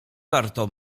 warto